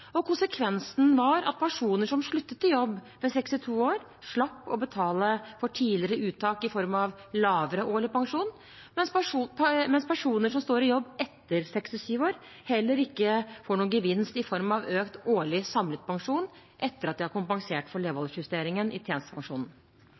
og konsekvensen var at personer som sluttet i jobb ved 62 år, slapp å betale for tidligere uttak i form av lavere årlig pensjon, mens personer som står i jobb etter 67 år, heller ikke får noen gevinst i form av økt årlig samlet pensjon etter at de har kompensert for